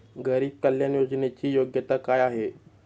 गरीब कल्याण योजनेची योग्यता काय आहे?